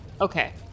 Okay